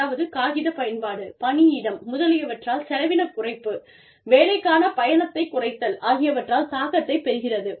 அதாவது காகித பயன்பாடு பணியிடம் முதலியவற்றால் செலவின குறைப்பு வேலைக்கான பயணத்தைக் குறைத்தல் ஆகியவற்றால் தாக்கத்தைப் பெறுகிறது